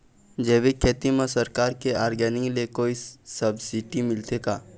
जैविक खेती म सरकार के ऑर्गेनिक ले कोई सब्सिडी मिलथे का?